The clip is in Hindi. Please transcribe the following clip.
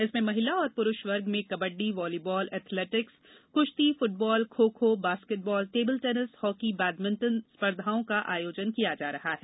इसमें महिला और पुरूष वर्ग में कबड्डी व्हालीबॉल एथलेटिक्स कृश्ती football kho kho basketball table tennis hockey badminton स्पर्धाओं का आयोजन किया जा रहा है